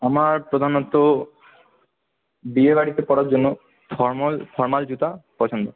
আমার প্রধানত বিয়েবাড়িতে পরার জন্য ফরমাল ফরমাল জুতো পছন্দ